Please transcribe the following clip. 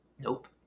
Nope